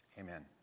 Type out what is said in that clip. Amen